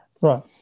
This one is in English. Right